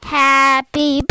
happy